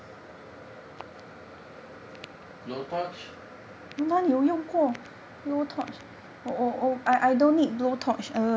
blow torch